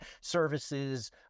services